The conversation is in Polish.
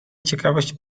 ciekawość